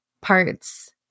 parts